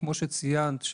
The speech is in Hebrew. כמו שציינת,